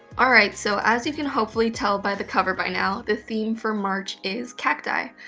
all right so as you can hopefully tell by the cover by now, the theme for march is cacti.